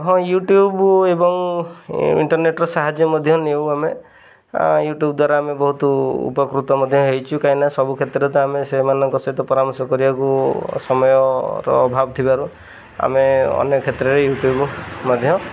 ହଁ ୟୁଟ୍ୟୁବ୍ ଏବଂ ଇଣ୍ଟରନେଟ୍ର ସାହାଯ୍ୟ ମଧ୍ୟ ନେଉ ଆମେ ୟୁଟ୍ୟୁବ୍ ଦ୍ୱାରା ଆମେ ବହୁତ ଉପକୃତ ମଧ୍ୟ ହେଇଛୁ କାହିଁକିନା ସବୁ କ୍ଷେତ୍ରରେ ଆମେ ସେମାନଙ୍କ ସହିତ ପରାମର୍ଶ କରିବାକୁ ସମୟର ଅଭାବ ଥିବାରୁ ଆମେ ଅନ୍ୟ କ୍ଷେତ୍ରରେ ୟୁଟ୍ୟୁବ୍ ମଧ୍ୟ